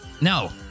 No